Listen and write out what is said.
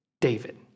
David